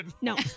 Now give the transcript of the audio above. no